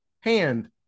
hand